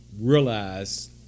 realize